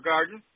Garden